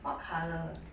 what colour ah